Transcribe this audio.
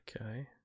Okay